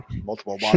multiple